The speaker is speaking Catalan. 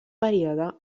període